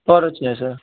four వచ్చాయి sir